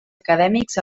acadèmics